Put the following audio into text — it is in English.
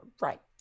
Right